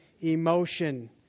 emotion